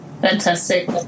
Fantastic